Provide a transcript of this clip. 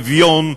אביון,